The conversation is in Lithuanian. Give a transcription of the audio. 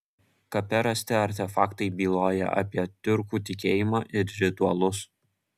kape rasti artefaktai byloja apie tiurkų tikėjimą ir ritualus